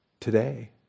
today